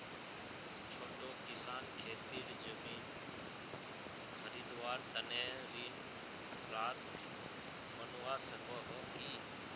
छोटो किसान खेतीर जमीन खरीदवार तने ऋण पात्र बनवा सको हो कि?